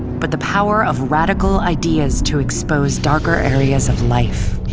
but the power of radical ideas to expose darker areas of life.